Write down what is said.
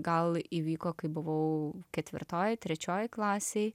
gal įvyko kai buvau ketvirtoj trečioj klasėj